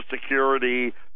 security